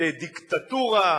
לדיקטטורה,